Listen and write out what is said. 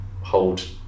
hold